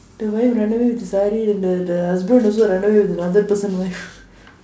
the wife run away with the saree and the the husband also run away with another person wife